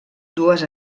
dues